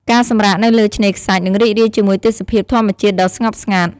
ការសម្រាកនៅលើឆ្នេរខ្សាច់ និងរីករាយជាមួយទេសភាពធម្មជាតិដ៏ស្ងប់ស្ងាត់។